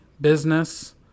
business